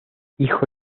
hijo